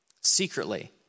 secretly